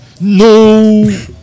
No